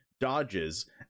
dodges